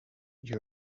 you